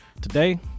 today